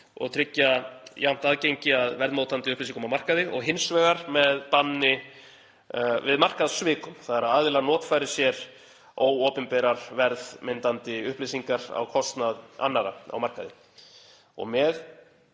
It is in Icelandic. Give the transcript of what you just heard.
og tryggja þannig jafnt aðgengi að verðmótandi upplýsingum á markaði. Hins vegar með banni við markaðssvikum, þ.e. að aðilar notfæri sér óopinberar verðmyndandi upplýsingar á kostnað annarra á markaði. Með